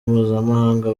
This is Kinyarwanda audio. mpuzamahanga